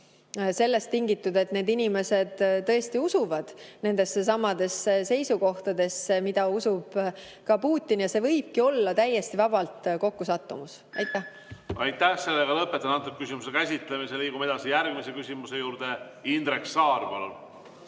sellest tingitud, et need inimesed tõesti usuvad nendesse samadesse seisukohtadesse, mida usub Putin, ja see võibki olla täiesti vabalt kokkusattumus. Aitäh! Lõpetan selle küsimuse käsitlemise. Liigume edasi järgmise küsimuse juurde. Indrek Saar, palun!